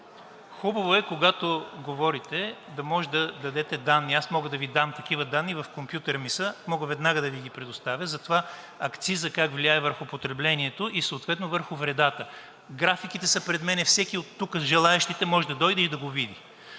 хубаво е, когато говорите, да може да дадете данни. Аз мога да Ви дам такива данни, в компютъра ми са, мога веднага да Ви ги предоставя, за това акцизът как влияе върху потреблението и съответно върху вредата. Графиките са пред мен, всеки оттук желаещите може да дойде и да ги види.